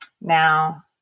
Now